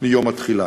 מיום התחילה.